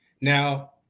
now